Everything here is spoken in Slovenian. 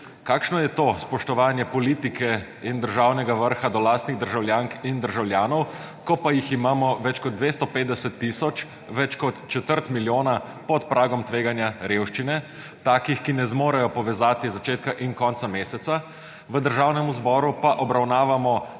Kakšno je to spoštovanje politike in državnega vrha do lastnih državljank in državljanov, ko pa jih imamo več kot 250 tisoč – več kot četrt milijona – pod pragom tveganja revščine, takih, ki ne zmorejo povezati začetka in konca meseca. V Državnem zboru pa obravnavamo